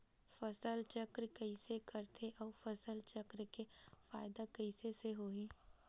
फसल चक्र कइसे करथे उ फसल चक्र के फ़ायदा कइसे से होही?